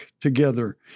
together